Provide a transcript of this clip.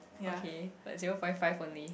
okay like zero five five only